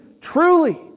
truly